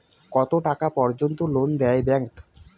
কত টাকা পর্যন্ত লোন দেয় ব্যাংক?